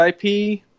IP